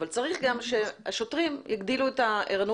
אבל צריך גם שהשוטרים יגדילו את הערנות